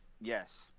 Yes